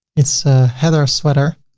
it's a heather sweater.